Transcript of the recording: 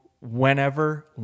whenever